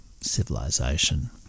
civilization